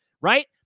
right